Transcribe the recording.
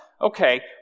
okay